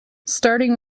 starting